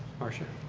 marcia?